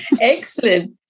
Excellent